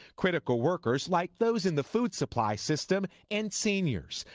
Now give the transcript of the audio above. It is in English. critical workers like those in the food supply system, and seniors.